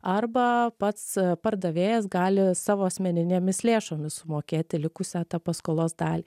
arba pats pardavėjas gali savo asmeninėmis lėšomis sumokėti likusią paskolos dalį